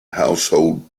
household